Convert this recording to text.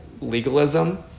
legalism